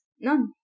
None